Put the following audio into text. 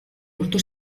lortu